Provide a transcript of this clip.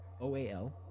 O-A-L